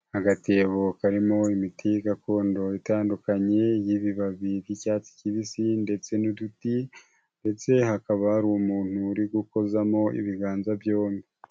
Agatebo karimo imiti gakondo itandukanye y'ibibabi by'icyatsi kibisi ndetse n'uduti ndetse hakaba hari umuntu uri gukozamo ibiganza byombi.